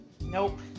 Nope